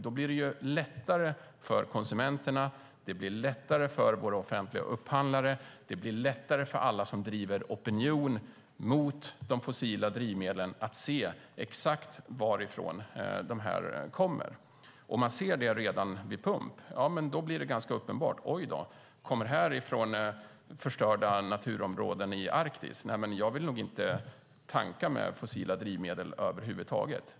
Då blir det lättare för konsumenterna, för våra offentliga upphandlare och för alla som driver opinion mot de fossila drivmedlen att se exakt varifrån drivmedlen kommer. Om man ser det redan vid pump blir det ganska uppenbart varifrån bränslet kommer, och man kan tänka: Oj då, kommer det här från förstörda naturområden i Arktis? Nej, men jag vill inte tanka med fossila drivmedel över huvud taget.